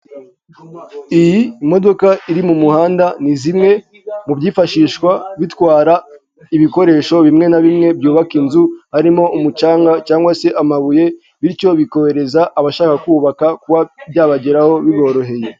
Iyi modoka iri mu muhanda ni zimwe mu byifashishwa bitwara ibikoresho bimwe na bimwe byubaka inzu, harimo umucanga cyangwa se amabuye, bityo bikorohereza abashaka kubaka kuba byabageraho biboroheye.